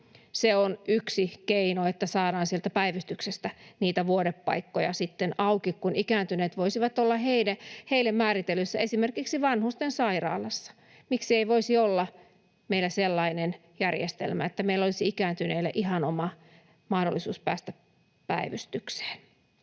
Se on yksi keino, että saadaan sieltä päivystyksestä niitä vuodepaikkoja sitten auki, kun ikääntyneet voisivat olla heille määritellyssä, esimerkiksi vanhusten sairaalassa. Miksi ei voisi olla meillä sellainen järjestelmä, että meillä olisi ikääntyneille ihan oma mahdollisuus päästä päivystykseen?